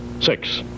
six